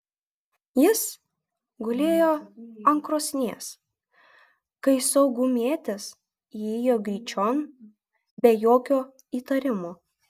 jis gulėjo ant krosnies kai saugumietis įėjo gryčion be jokio įtarimo